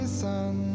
sun